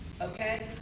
okay